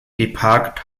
geparkt